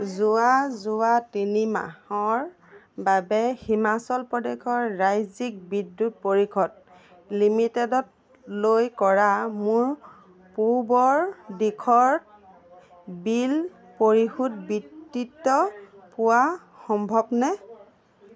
যোৱা যোৱা তিনি মাহৰ বাবে হিমাচল প্ৰদেশৰ ৰাজ্যিক বিদ্যুৎ পৰিষদ লিমিটেডলৈ কৰা মোৰ পূৰ্বৰ দিশৰ বিল পৰিশোধ বিতৃত পোৱা সম্ভৱনে